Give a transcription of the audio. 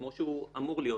כמו שהוא אמור להיות,